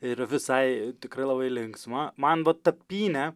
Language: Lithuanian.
ir visai tikrai labai linksma man va ta pynė